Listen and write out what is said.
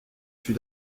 fut